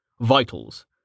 Vitals